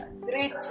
great